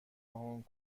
هنگ